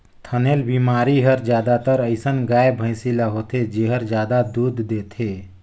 थनैल बेमारी हर जादातर अइसन गाय, भइसी ल होथे जेहर जादा दूद देथे